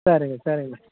சரிங்க சரிங்க மே